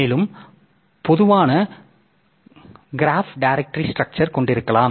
மேலும் பொதுவான crop directory structure கொண்டிருக்கலாம்